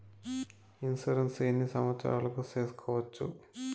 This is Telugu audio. ఇన్సూరెన్సు ఎన్ని సంవత్సరాలకు సేసుకోవచ్చు?